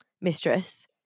Mistress